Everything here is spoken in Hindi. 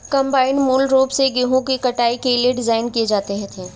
कंबाइन मूल रूप से गेहूं की कटाई के लिए डिज़ाइन किए गए थे